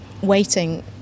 waiting